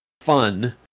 fun